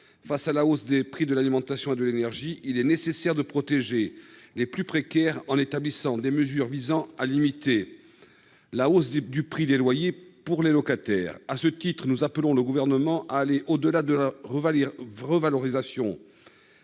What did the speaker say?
Face à la hausse des prix de l'alimentation et de l'énergie, il est nécessaire de protéger les plus précaires en établissant des mesures visant à limiter la hausse du prix des loyers pour les locataires. À ce titre, nous appelons le Gouvernement à aller au-delà de la revalorisation